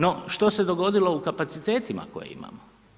No što se dogodilo u kapacitetima koje imamo?